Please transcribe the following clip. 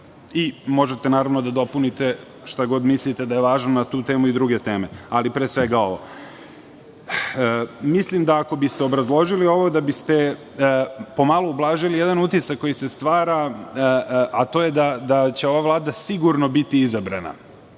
Možete i da dopunite, šta god mislite da je važno na tu temu i na druge teme, ali pre svega ovo. Mislim da ako biste obrazložili ovo, da biste pomalo ublažili jedan utisak koji se stvara, a to je da će ova Vlada biti sigurno izabrana.